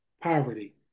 poverty